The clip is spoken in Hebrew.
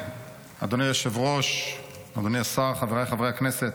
אדוני היושב-ראש, אדוני השר, חבריי חברי הכנסת,